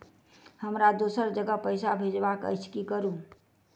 हमरा दोसर जगह पैसा भेजबाक अछि की करू?